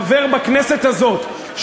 חבר בכנסת הזאת,